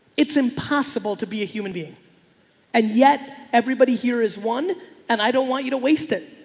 it's impossible to be a human being and yet everybody here is one and i don't want you to waste it.